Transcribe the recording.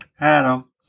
Adam